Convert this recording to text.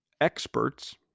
Experts